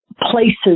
places